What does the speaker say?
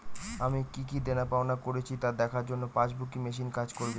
আমি কি কি দেনাপাওনা করেছি তা দেখার জন্য পাসবুক ই মেশিন কাজ করবে?